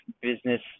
business